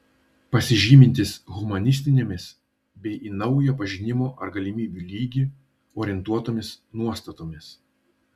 pasižymintis humanistinėmis bei į naują pažinimo ar galimybių lygį orientuotomis nuostatomis